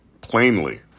plainly